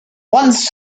once